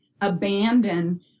abandon